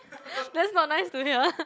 that's not nice to hear